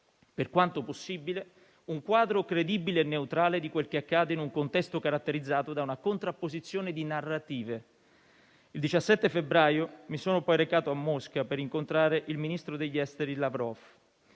per quanto possibile, un quadro credibile e neutrale di quel che accade in un contesto caratterizzato da una contrapposizione di narrative. Il 17 febbraio mi sono poi recato a Mosca per incontrare il ministro degli esteri Lavrov.